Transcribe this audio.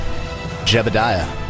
Jebediah